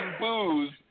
booze